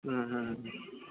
हं हं हं